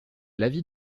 l’avis